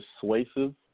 persuasive